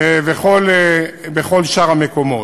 וכל שאר המקומות.